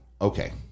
okay